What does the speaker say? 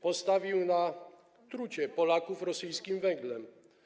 Postawił na trucie Polaków rosyjskim węglem.